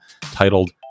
titled